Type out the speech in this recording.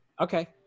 Okay